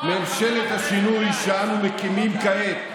ממשלת השינוי שאנו מקימים כעת,